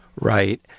Right